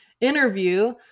interview